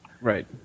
right